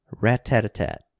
rat-tat-tat